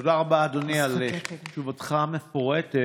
תודה רבה, אדוני, על תשובתך המפורטת.